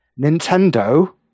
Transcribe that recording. Nintendo